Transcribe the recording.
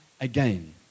again